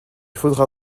faudra